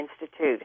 Institute